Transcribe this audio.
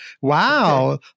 Wow